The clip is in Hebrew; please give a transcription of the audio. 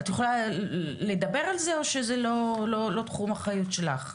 את יכולה לדבר על זה, או שזה לא תחום אחריות שלך?